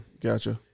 Gotcha